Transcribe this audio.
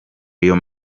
real